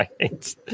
Right